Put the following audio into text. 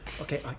Okay